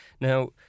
Now